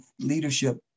leadership